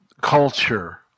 culture